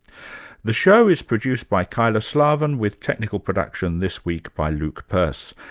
the show is produced by kyla slaven with technical production this week by luke purse,